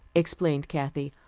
explained kathy,